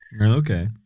Okay